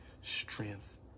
strength